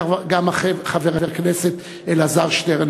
גם חבר הכנסת אלעזר שטרן,